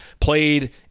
Played